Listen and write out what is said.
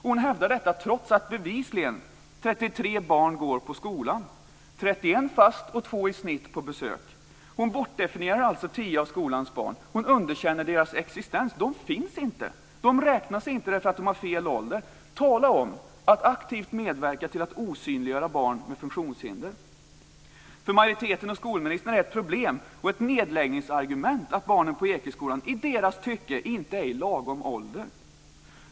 Hon hävdar detta trots att bevisligen 33 barn går på skolan, 31 fast och två i snitt på besök. Hon bortdefinierar alltså tio av skolans barn. Hon underkänner deras existens. De finns inte. De räknas inte därför att de har fel ålder. Tala om att aktivt medverka till att osynliggöra barn med funktionshinder! För majoriteten och skolministern är det ett problem och ett nedläggningsargument att barnen på Ekeskolan i deras tycke inte är i lagom ålder.